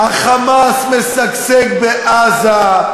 ה"חמאס" משגשג בעזה,